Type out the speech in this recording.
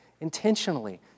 intentionally